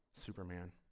Superman